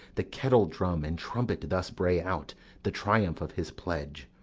the kettle-drum and trumpet thus bray out the triumph of his pledge.